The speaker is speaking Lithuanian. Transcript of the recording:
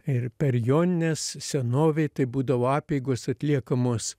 ir per jonines senovėj tai būdavo apeigos atliekamos